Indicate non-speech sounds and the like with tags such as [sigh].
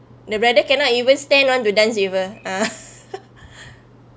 the brother cannot even stand on to dance even [laughs]